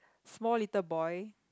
small little boy